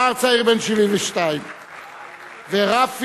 נער צעיר בן 72. (מחיאות כפיים) ורפי,